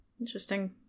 Interesting